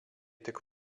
tik